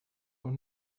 von